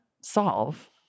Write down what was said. solve